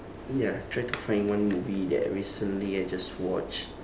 ya try to find one movie that recently I just watched